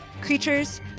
creatures